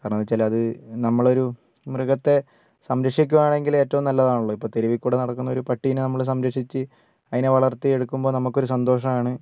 കാരണം എന്നു വച്ചാൽ അത് നമ്മളൊരു മൃഗത്തെ സംരക്ഷിക്കുകയാണെങ്കിൽ ഏറ്റവും നല്ലതാണല്ലോ ഇപ്പോൾ തെരുവിൽക്കൂടി നടക്കുന്ന ഒരു പട്ടീനെ നമ്മൾ സംരക്ഷിച്ച് അതിനെ വളർത്തി എടുക്കുമ്പോൾ നമുക്കൊരു സന്തോഷം ആണ്